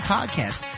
Podcast